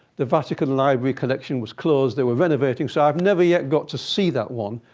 the vatican library collection was closed. they were renovating. so i've never yet got to see that one.